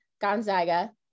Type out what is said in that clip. Gonzaga